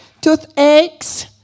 Toothaches